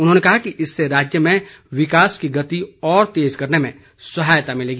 उन्होंने कहा कि इससे राज्य में विकास की गति और तेज़ करने में सहायता मिलेगी